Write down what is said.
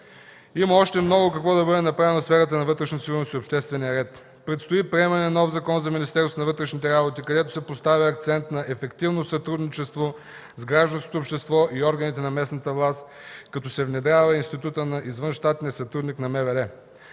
Има още много какво да бъде направено в сферата на вътрешната сигурност и обществения ред. Предстои приемане на нов Закон за Министерството на вътрешните работи, където се поставя акцент на ефективно сътрудничество с гражданското общество и органите на местната власт, като се внедрява и статутът на извънщатния сътрудник на МВР.